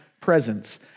presence